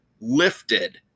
lifted